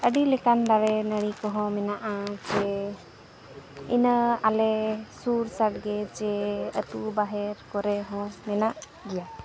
ᱟᱹᱰᱤ ᱞᱮᱠᱟᱱ ᱫᱟᱨᱮᱼᱱᱟᱹᱲᱤ ᱠᱚᱦᱚᱸ ᱢᱮᱱᱟᱜᱼᱟ ᱥᱮ ᱤᱱᱟᱹ ᱟᱞᱮ ᱥᱩᱨ ᱥᱟᱰᱜᱮ ᱥᱮ ᱟᱹᱛᱩ ᱵᱟᱦᱮᱨ ᱠᱚᱨᱮ ᱦᱚᱸ ᱢᱮᱱᱟᱜ ᱜᱮᱭᱟ